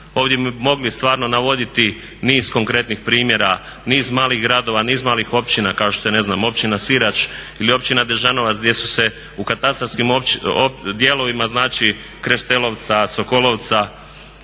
Ovdje bi mogli stvarno navoditi niz konkretnih primjera, niz malih gradova, niz malih općina kao što je ne znam Općina Sirač ili Općina Dežanovac gdje su se u katastarskim dijelovima Kreštelovca, Sokolovca